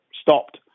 stopped